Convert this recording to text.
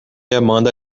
amanda